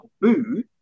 boo